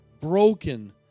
broken